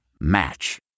Match